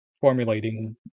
formulating